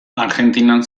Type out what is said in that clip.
argentinan